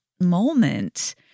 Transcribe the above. moment